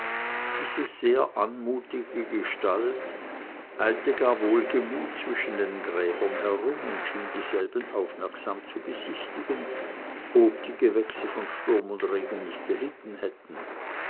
diese sehr anmutige gestalt eilte gar wohlgemut zwischen den gräbern herum und schien dieselben aufmerksam zu besichtigen ob die gewächse von sturm und regen nicht gelitten hätten